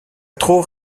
trop